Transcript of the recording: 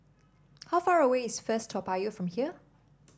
how far away is First Toa Payoh from here